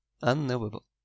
unknowable